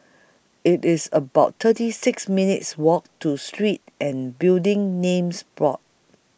IT IS about thirty six minutes' Walk to Street and Building Names Board